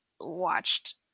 watched